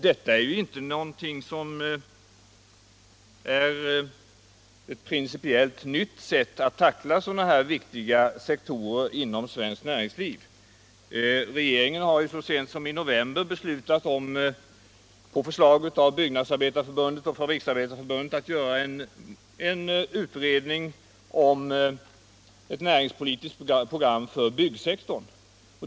Detta är inte något principiellt nytt sätt att tackla sådana här viktiga sektorer inom svenskt näringsliv. Regeringen beslutade ju så sent som i november — på förslag av Byggnadsarbetareförbundet och Fabriksar betareförbundet — att göra en utredning om ett näringspolitiskt program för byggsektorn.